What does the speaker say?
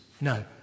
No